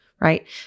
right